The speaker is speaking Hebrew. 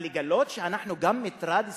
אבל לגלות שאנחנו גם מטרד סביבתי,